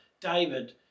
David